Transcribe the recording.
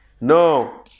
no